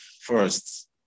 first